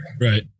Right